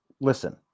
Listen